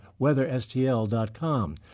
weatherstl.com